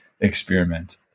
experiment